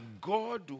God